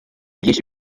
byinshi